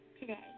today